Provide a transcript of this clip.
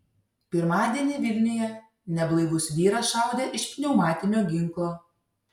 pirmadienį vilniuje neblaivus vyras šaudė iš pneumatinio ginklo